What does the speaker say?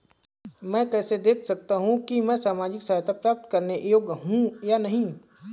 मैं कैसे देख सकता हूं कि मैं सामाजिक सहायता प्राप्त करने योग्य हूं या नहीं?